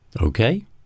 Okay